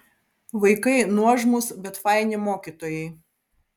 vaikai nuožmūs bet faini mokytojai